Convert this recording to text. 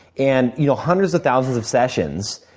and you know, hundreds of thousands of sessions,